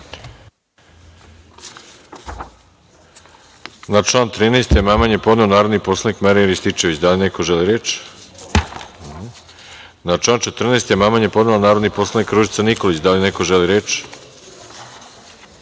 Na član 13. amandman je podneo narodni poslanik Marijan Rističević. Da li neko želi reč? (Ne.)Na član 14. amandman je podnela narodni poslanik Ružica Nikolić. Da li neko želi reč?